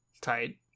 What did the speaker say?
Tight